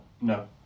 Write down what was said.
No